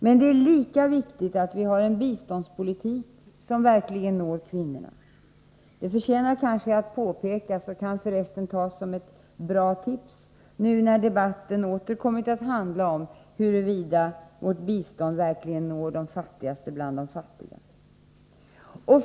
Det är emellertid lika viktigt att vi har en biståndspolitik som verkligen når kvinnorna. Detta förtjänar kanske att påpekas, och kan för resten tas som ett bra tips, nu när debatten åter kommit att handla om huruvida vårt bistånd verkligen når de fattigaste bland de fattiga.